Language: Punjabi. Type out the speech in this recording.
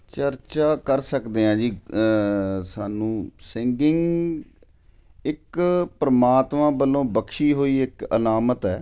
ਚਰਚਾ ਕਰ ਸਕਦੇ ਹਾਂ ਜੀ ਸਾਨੂੰ ਸਿੰਗਿੰਗ ਇੱਕ ਪਰਮਾਤਮਾ ਵੱਲੋਂ ਬਖਸ਼ੀ ਹੋਈ ਇੱਕ ਅਲਾਮਤ ਹੈ